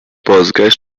بازگشت